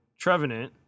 Trevenant